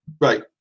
Right